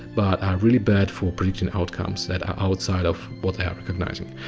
but are really bad for predicting outcomes that are outside of what they are recognizing.